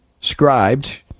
scribed